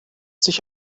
sich